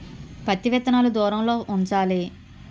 పత్తి విత్తనాలు ఎంత దూరంలో ఉంచాలి?